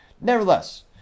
Nevertheless